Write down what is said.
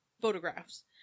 photographs